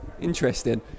Interesting